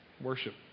Worship